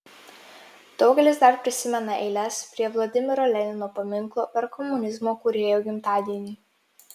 daugelis dar prisimena eiles prie vladimiro lenino paminklo per komunizmo kūrėjo gimtadienį